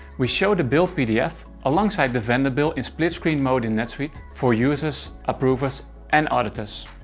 we show the bill pdf alongside the vendor bill in split screen mode in netsuite for users, approvers and auditors.